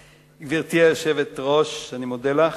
גברתי היושבת-ראש, אני מודה לך,